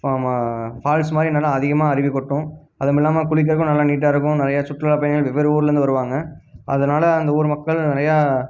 ஃபா மா ஃபால்ஸ் மாதிரி என்னென்னா அதிகமாக அருவி கொட்டும் அதுவும் இல்லாமல் குளிக்கிறக்கும் நல்லா நீட்டாக இருக்கும் நிறையா சுற்றுலா பயணிகள் வெவ்வேறு ஊர்லேருந்து வருவாங்க அதனால அந்த ஊர் மக்கள் நிறையா